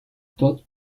tod